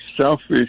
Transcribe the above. selfish